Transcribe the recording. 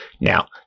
Now